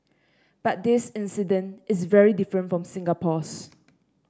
but this incident is very different from Singapore's